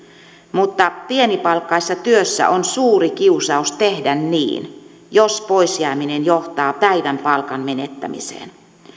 mutta pienipalkkaisessa työssä on suuri kiusaus tehdä niin jos poisjääminen johtaa päivän palkan menettämiseen